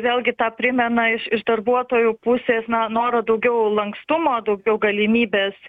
vėlgi tą primena iš darbuotojų pusės na noro daugiau lankstumo daugiau galimybės